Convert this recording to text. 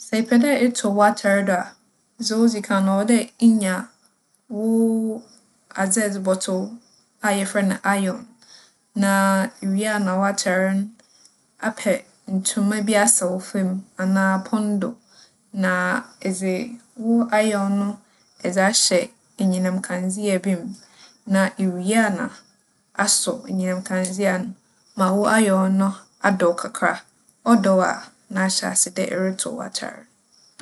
Sɛ epɛ dɛ etow w'atar do a, dza odzi kan, ͻwͻ dɛ inya wo adze a edze bͻtow a yɛfrɛ no 'iron'. Na iwie a na w'atar no, apɛ ntoma bi asaw famu anaa pon do. Na edze wo 'iron' no edze ahyɛ enyinam kandzea bi mu. Na iwie a na asͻ enyinam kandzea no ma wo 'iron' no adͻ kakra. ͻdͻ a na ahyɛ ase dɛ erotow atar no.